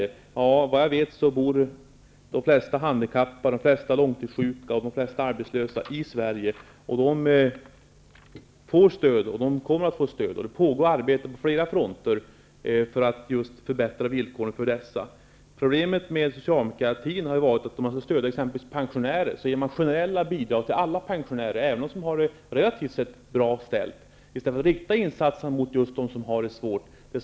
Enligt vad jag vet bor de handikappade, de långtidssjuka, de arbetslösa i Sverige -- de får stöd och de kommer att få stöd. Det pågår arbete på flera fronter för att förbättra villkoren för just dem. Problemet med socialdemokratin har varit att om de skall stödja t.ex. pensionärer ger de generella bidrag till alla pensionärer, även dem som har det relativt bra ställt, i stället för att rikta insatserna mot just dem som har det svårt.